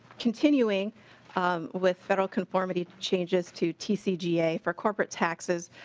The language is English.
continuing um with federal conformity changes to tcg eight for corporate taxes.